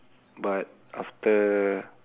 but after